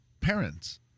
parents